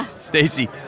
Stacy